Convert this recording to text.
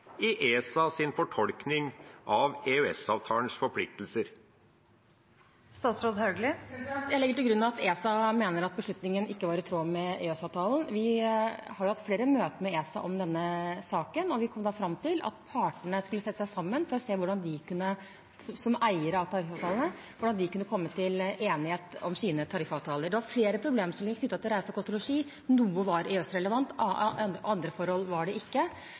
fortolkning av EØS-avtalens forpliktelser? Jeg legger til grunn at ESA mener at beslutningen ikke var i tråd med EØS-avtalen. Vi har hatt flere møter med ESA om denne saken, og vi kom da fram til at partene skulle sette seg sammen for å se hvordan de, som eier av tariffavtalene, kunne komme til enighet om sine tariffavtaler. Det var flere problemstillinger knyttet til reise, kost og losji. Noe var EØS-relevant, andre forhold var det ikke.